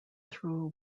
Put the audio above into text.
through